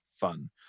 fun